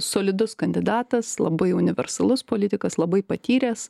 solidus kandidatas labai universalus politikas labai patyręs